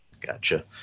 Gotcha